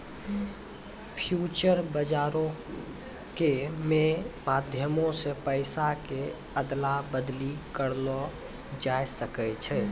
future बजारो के मे माध्यमो से पैसा के अदला बदली करलो जाय सकै छै